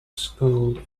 school